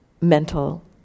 mental